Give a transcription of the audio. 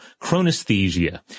chronesthesia